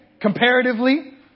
comparatively